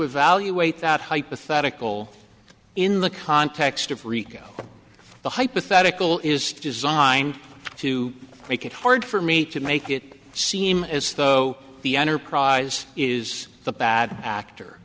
evaluate that hypothetical in the context of rico the hypothetical is designed to make it hard for me to make it seem as though the enterprise is the bad actor